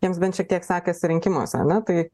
jiems bent šiek tiek sekasi rinkimuose ane tai